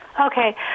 Okay